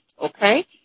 okay